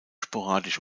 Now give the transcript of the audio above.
sporadisch